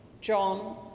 John